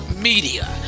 media